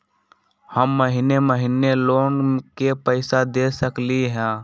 हम महिने महिने लोन के पैसा दे सकली ह?